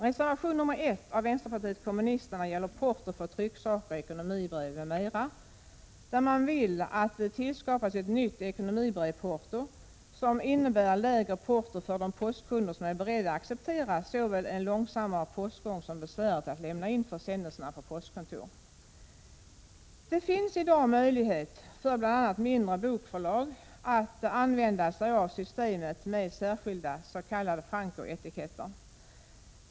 Reservation nr 1 av vänsterpartiet kommunisterna gäller porto för trycksaker och ekonomibrev m.m. Reservanten vill att det skall tillskapas ett nytt ekonomibrevporto, som innebär lägre porto för de postkunder som är beredda att acceptera såväl en långsammare postgång som besväret att lämna in försändelserna på postkontor. Det finns i dag möjlighet för bl.a. mindre bokförlag att använda systemet med särskilda s.k. frankoetiketter.